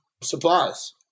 supplies